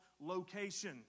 location